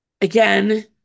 Again